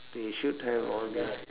they should have all this